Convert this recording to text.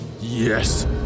Yes